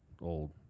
old